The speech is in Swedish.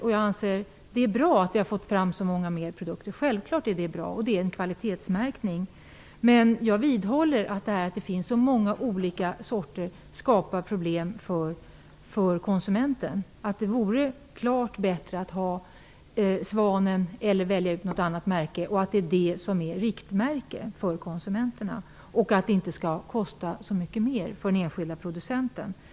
Det är självfallet bra att vi har fått fram så många mer produkter med kvalitetsmärkning. Men jag vidhåller att det skapar problem för konsumenten att det finns så många olika sorters märkning. Därför vore det klart bättre att ha Svanen eller ett annat märke som riktmärke för konsumenterna, och att det inte skall kosta så mycket mer för den enskilda producenten.